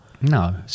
No